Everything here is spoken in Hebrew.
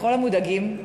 לכל המודאגים,